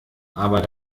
aber